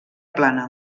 plana